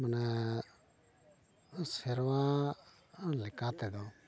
ᱢᱟᱱᱮ ᱥᱮᱨᱶᱟ ᱞᱮᱠᱟᱛᱮᱫᱚ